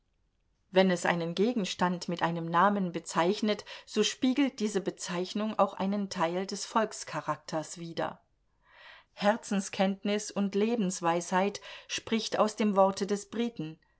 wenn es einen gegenstand mit einem namen bezeichnet so spiegelt diese bezeichnung auch einen teil des volkscharakters wider herzenserkenntnis und lebensweisheit spricht aus dem worte des briten